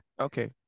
Okay